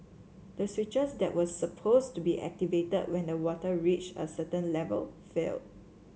the switches that were supposed to be activated when the water reached a certain level failed